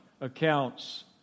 accounts